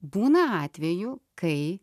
būna atvejų kai